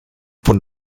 von